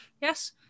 yes